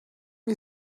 you